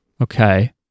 okay